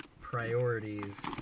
priorities